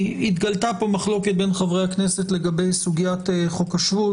התגלעה פה מחלוקת בין חברי הכנסת לגבי סוגיית חוק השבות.